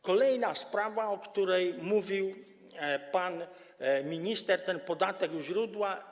Kolejna sprawa, o której mówił pan minister - podatek u źródła.